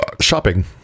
shopping